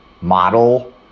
model